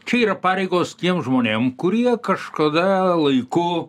čia yra pareigos tiem žmonėm kurie kažkada laiku